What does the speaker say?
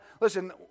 listen